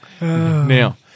Now